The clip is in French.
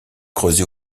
creusées